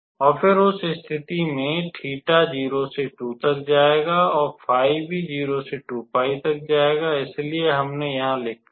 और फिर उस स्थिति में 𝜃 0 से 2 तक जाएगा और 𝜑 भी 0 से 2𝜋 तक जाएगा इसलिए हमने यहां लिखा है